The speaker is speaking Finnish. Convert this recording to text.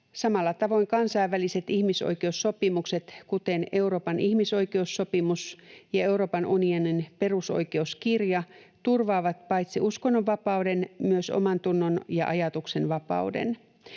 Samalla tavoin kansainväliset ihmisoikeussopimukset, kuten Euroopan ihmisoikeussopimus ja Euroopan unionin perusoikeuskirja, turvaavat paitsi uskonnonvapauden myös omantunnon‑ ja ajatuksenvapauden.